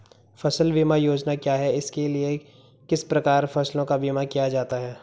फ़सल बीमा योजना क्या है इसके लिए किस प्रकार फसलों का बीमा किया जाता है?